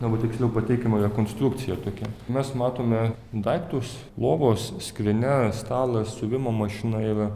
arba tiksliau pateikiama jo konstrukcija tokia mes matome daiktus lovos skrynia stalas siuvimo mašina yra